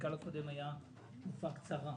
המנכ"ל הקודם היה תקופה קצרה,